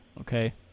okay